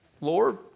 Lord